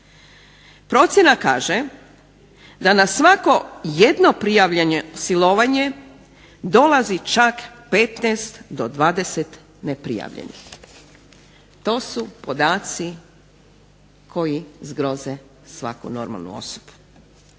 Procjena kaže da na svako jedno prijavljeno silovanje dolazi čak 15 do 20 neprijavljenih. To su podaci koji zgroze svaku normalnu osobu.